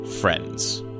friends